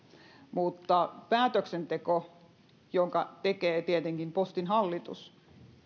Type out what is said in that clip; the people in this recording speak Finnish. mutta päätöksenteko jonka tekee tietenkin postin hallitus